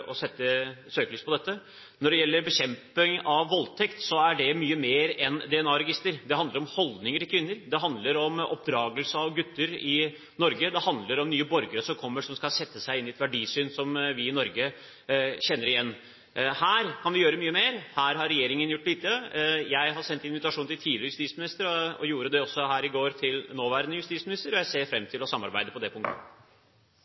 sette søkelyset på dette. Når det gjelder bekjempelse av voldtekt, handler det om mye mer enn DNA-register. Det handler om holdninger til kvinner, det handler om oppdragelse av gutter i Norge, det handler om nye borgere som kommer, som skal sette seg inn i et verdisyn som vi i Norge kjenner igjen. Her kan vi gjøre mye mer. Her har regjeringen gjort lite. Jeg har sendt invitasjon til tidligere justisminister og gjorde det også her i går til nåværende justisminister, og jeg ser